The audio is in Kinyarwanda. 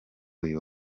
uyu